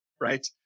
right